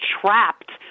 trapped